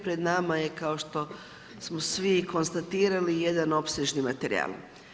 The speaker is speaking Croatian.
Pred nama je, kao što smo svi konstatirali jedan opsežni materijal.